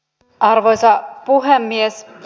arvoisa puhemies